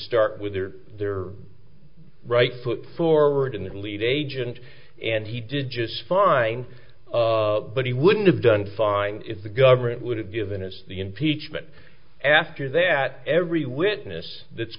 start with their right foot forward in the lead agent and he did just fine but he wouldn't have done fine if the government would have given us the impeachment after that every witness that's